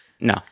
no